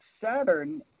Saturn